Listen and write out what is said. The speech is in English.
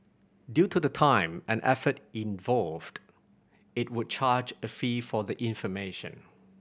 due to the time and effort involved it would charge a fee for the information